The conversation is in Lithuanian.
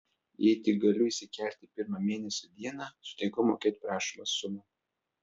jei tik galiu įsikelti pirmą mėnesio dieną sutinku mokėt prašomą sumą